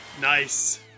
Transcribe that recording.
nice